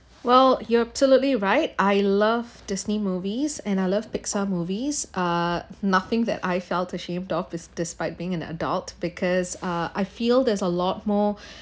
well you're absolutely right I love disney movies and I love pixar movies ah nothing that I felt ashamed of its despite being an adult because ah I feel there's a lot more